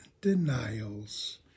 denials